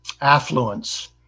affluence